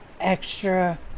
extra